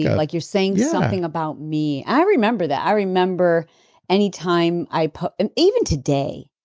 yeah like you're saying something about me. i remember that. i remember anytime i put. and even today.